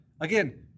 again